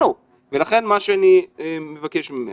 לכן מה שאני מבקש ממך,